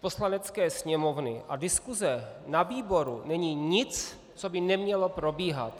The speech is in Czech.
Poslanecké sněmovny a diskuse na výboru není nic, co by nemělo probíhat!